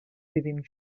vivim